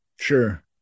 Sure